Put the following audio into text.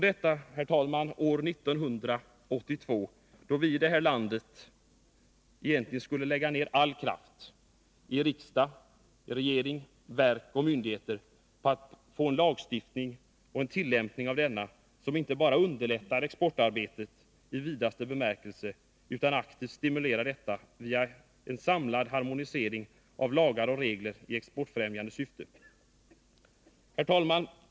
Detta, herr talman, gäller 1982, då riksdag, regering, verk och myndigheter borde lägga ned all kraft på att få till stånd en lagstiftning samt en tillämpning av den som inte bara underlättar exportarbetet i vidaste bemärkelse utan också aktivt stimulerar detsamma via en samlad harmonisering av lagar och regler i exportfrämjande syfte.